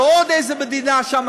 ועוד איזו מדינה שם,